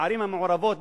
בערים המעורבות,